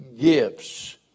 gifts